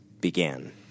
began